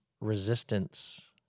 resistance